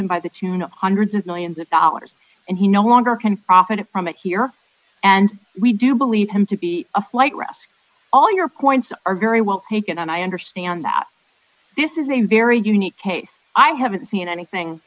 him by the tune of hundreds of millions of dollars and he no longer can profit from it here and we do believe him to be a flight risk all your coins are very well taken and i understand that this is a very unique case i haven't seen anything